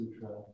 sutra